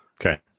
Okay